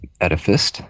edifice